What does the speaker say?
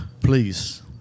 please